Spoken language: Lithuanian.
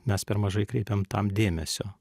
mes per mažai kreipiam tam dėmesio